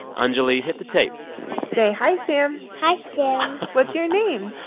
anjuli, hit the tape say hi, sam hi, sam what's your name?